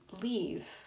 leave